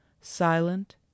silent